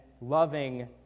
loving